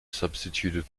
substituted